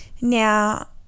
Now